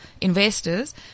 investors